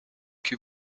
que